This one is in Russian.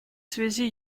связи